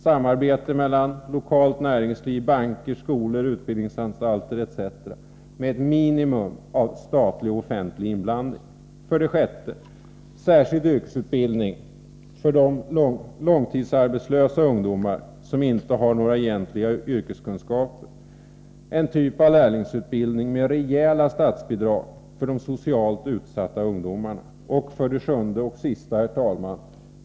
Samarbete mellan lokalt näringsliv, banker, skolor, utbildningsanstalter etc. med ett minimum av statlig och offentlig inblandning. 6. Särskild yrkesutbildning för de långtidsarbetslösa ungdomar som inte har några egentliga yrkeskunskaper. Det kunde vara en typ av lärlingsutbildning med rejäla statsbidrag för de socialt utsatta ungdomarna. 7.